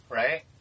right